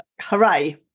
hooray